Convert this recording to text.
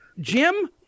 Jim